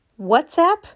WhatsApp